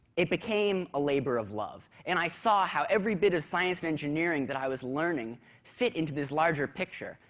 it became a labor of love, and i saw how every bit of science and engineering that i was learning fit into this larger picture,